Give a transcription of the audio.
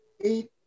eight